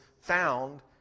found